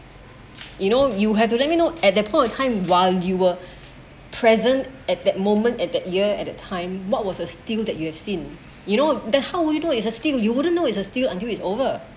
you know you have to let me know at that point of time while you were present at that moment at the year at that time what was a steal that you have seen you know then how would you know is a steal you wouldn't know it a steal until it's over